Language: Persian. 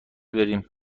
بریم